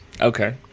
Okay